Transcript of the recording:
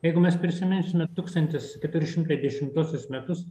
jeigu mes prisiminsime tūkstantis keturi šimtai dešimtuosius metus